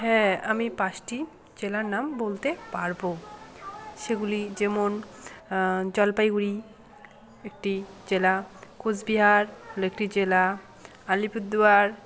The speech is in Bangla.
হ্যাঁ আমি পাঁচটি জেলার নাম বলতে পারব সেগুলি যেমন জলপাইগুড়ি একটি জেলা কুচবিহার হলো একটি জেলা আলিপুরদুয়ার